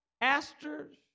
asters